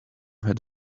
had